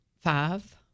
five